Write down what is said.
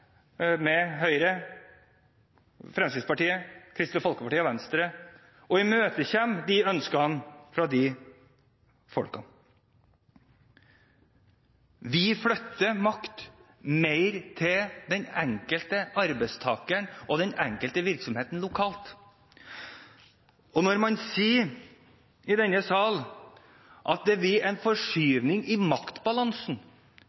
– Høyre, Fremskrittspartiet, Kristelig Folkeparti og Venstre – de ønskene fra folk. Vi flytter mer makt til den enkelte arbeidstakeren og den enkelte virksomheten lokalt. Så sier man i denne sal at det blir en forskyvning i maktbalansen,